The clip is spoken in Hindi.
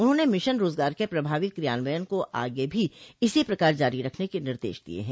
उन्होंने मिशन रोजगार के प्रभावी क्रियान्वयन को आगे भी इसी प्रकार जारी रखने के निर्देश दिये हैं